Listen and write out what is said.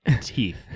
teeth